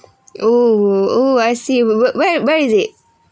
oh oh I see wher~ wher ~ where where is it